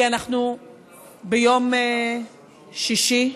ביום שישי,